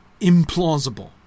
implausible